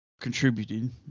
contributed